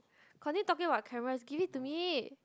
continue talking about cameras give it to me